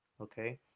okay